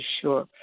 sure